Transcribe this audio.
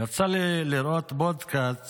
יצא לי לראות פודקאסט